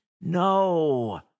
No